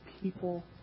people